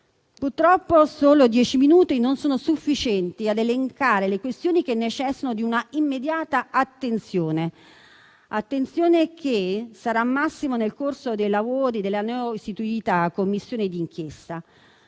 lavoro. Solo dieci minuti non sono sufficienti a elencare le questioni che necessitano di una immediata attenzione. Attenzione che sarà massima nel corso dei lavori della neocostituita Commissione di inchiesta: